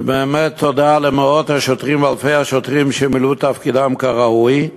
ובאמת תודה למאות ואלפי השוטרים שמילאו את תפקידם כראוי.